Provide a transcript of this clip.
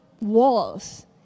walls